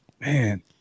man